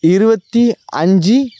இருபத்தி அஞ்சு